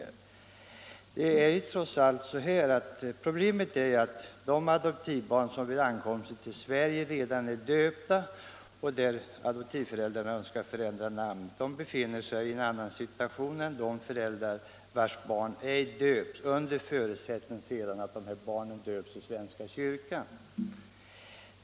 Problemet är att adoptivföräldrar som önskar ändra namn på adoptivbarn, som vid ankomsten till Sverige redan är döpta, befinner sig i en annan situation än de föräldrar vilkas barn ej döpts före ankomsten till Sverige men sedan döps i svenska kyrkan.